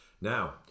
Now